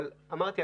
אבל אמרתי,